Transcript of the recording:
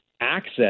access